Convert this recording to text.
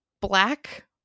black